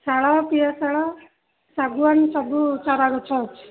ଶାଳ ପିଆଶାଳ ଶାଗୁଆନ୍ ସବୁ ଚାରା ଗଛ ଅଛି